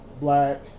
black